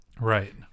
right